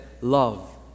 love